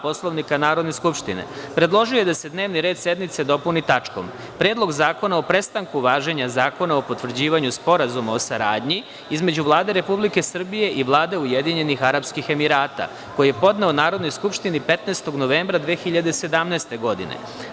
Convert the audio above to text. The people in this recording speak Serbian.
Poslovnika Narodne skupštine, predložio je da se dnevni red sednice dopuni tačkom – Predlog zakona prestanku važenja Zakona o potvrđivanju Sporazuma o saradnji između Vlade Republike Srbije i Vlade Ujedinjenih Arapskih Emirata, koji je podneo Narodnoj skupštini 15. novembra 2017. godine.